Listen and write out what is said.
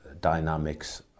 dynamics